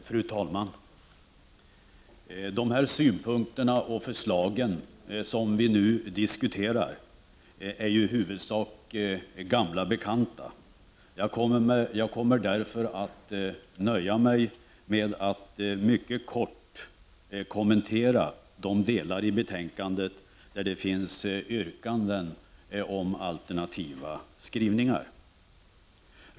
Fru talman! De synpunkter och förslag som vi diskuterar är i huvudsak gamla bekanta. Jag kommer därför att nöja mig med att mycket kort kommentera de delar i betänkandet där det finns yrkanden om alternativa skrivningar.